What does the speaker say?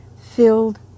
filled